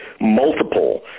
multiple